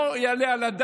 גאווה זה נקרא חובה,